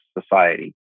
society